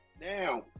Now